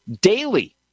daily